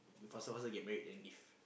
you faster faster get married then give